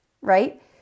right